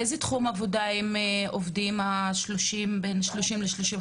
באיזה תחום עבודה עובדים אלה שלנים בישראל?